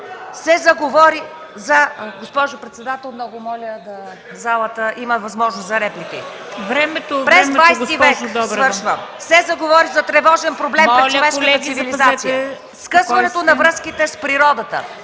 се заговори за тревожен проблем при човешката цивилизация – скъсването на връзките с природата.